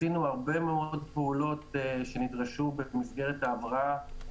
עשינו הרבה מאוד פעולות שנדרשו במסגרת ההבראה,